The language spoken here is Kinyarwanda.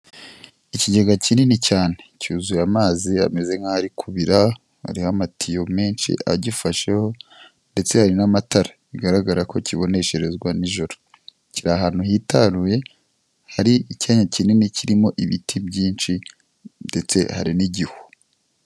Ikigega kinini cyane, cyuzuye amazi ameze nk'aho ari kubira, hariho amatiyo menshi agifasheho ndetse hari n'amatara, bigaragara ko kibonesherezwa nijoro. Kiri ahantu hitaruye hari icyaya kinini kirimo ibiti byinshi ndetse hari n'igihu.